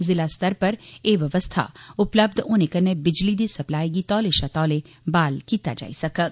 जिला स्तर उप्पर एह् बवस्था उपलब्य होने कन्नै बिजली दी सप्लाई गी तौले शा तौले ब्हाल कीता जाई सकोग